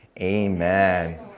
Amen